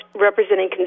representing